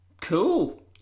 cool